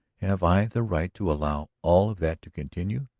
have i the right to allow all of that to continue?